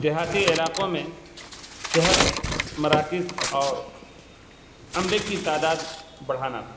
دیہاتی علاقوں میں صحت مراکز اور عملے کی تعداد بڑھانا